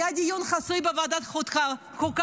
היה דיון חסוי בוועדת החוקה,